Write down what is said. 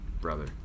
brother